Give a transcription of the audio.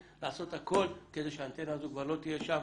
לעשות הכול כדי שהאנטנה הזו כבר לא תהיה שם.